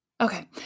Okay